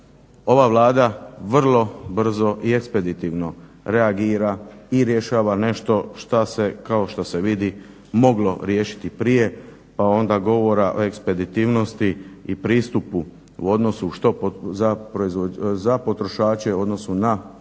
Ova Vlada vrlo brzo i ekspeditivno reagira i rješava nešto što se kao što se vidi moglo riješiti prije, pa onda govora o ekspeditivnosti i pristupu u odnosu što za potrošače,